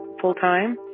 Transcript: full-time